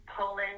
Poland